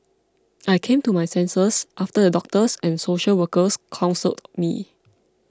I came to my senses after the doctors and social workers counselled me